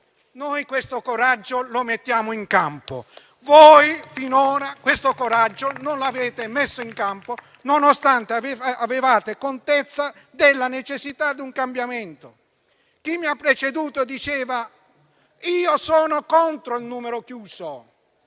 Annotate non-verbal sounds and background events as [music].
noi questo coraggio lo mettiamo in campo, [applause] voi finora questo coraggio non l'avete avuto, nonostante aveste contezza della necessità di un cambiamento. Chi mi ha preceduto diceva: io sono contro il numero chiuso.